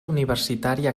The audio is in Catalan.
universitària